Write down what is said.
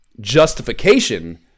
justification